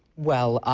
well,